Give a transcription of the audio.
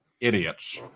idiots